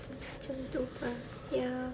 长头发 ya